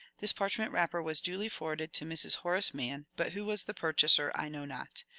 this parchment wrapper was duly forwarded to mrs. horace mann, but who was the purchaser i know not.